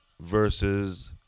versus